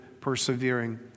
persevering